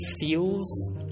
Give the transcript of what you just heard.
feels